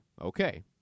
Okay